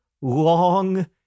long